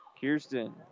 Kirsten